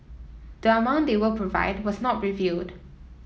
the amount they will provide was not revealed